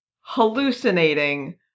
hallucinating